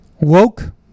Woke